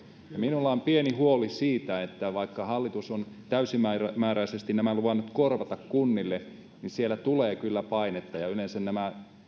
minulla on pieni huoli siitä että vaikka hallitus on täysimääräisesti nämä luvannut korvata kunnille niin siellä tulee kyllä painetta ja yleensä nämä